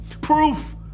Proof